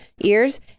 ears